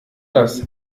das